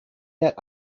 that